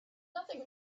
nothing